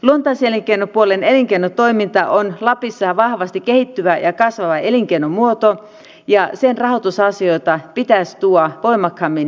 luontaiselinkeinopuolen elinkeinotoiminta on lapissa vahvasti kehittyvä ja kasvava elinkeinomuoto ja sen rahoitusasioita pitäisi tuoda voimakkaammin esille